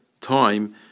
time